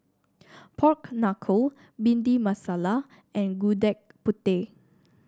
Pork Knuckle Bhindi Masala and Gudeg Putih